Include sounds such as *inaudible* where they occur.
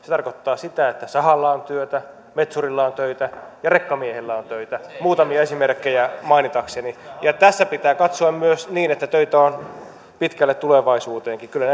se tarkoittaa sitä että sahalla on työtä metsurilla on töitä ja rekkamiehellä on töitä muutamia esimerkkejä mainitakseni ja tässä pitää katsoa myös sitä että töitä on pitkälle tulevaisuuteenkin kyllä *unintelligible*